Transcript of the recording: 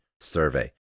survey